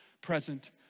present